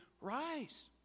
rise